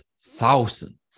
thousand